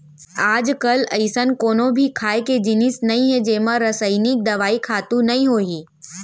आजकाल अइसन कोनो भी खाए के जिनिस नइ हे जेमा रसइनिक दवई, खातू नइ होही